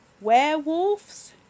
werewolves